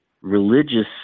religious